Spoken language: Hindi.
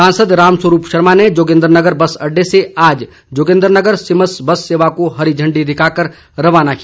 सांसद रामस्वरूप शर्मा ने जोगिन्द्रनगर बस अड़डे से आज जोगिन्द्रनगर सिमस बस सेवा को हरी झंडी दिखाकर रवाना किया